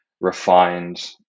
refined